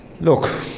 Look